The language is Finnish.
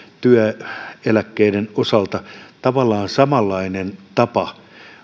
työeläkkeiden osalta tavallaan samanlainen tapa